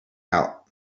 out